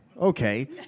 okay